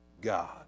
God